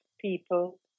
people